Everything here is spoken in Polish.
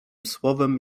słowem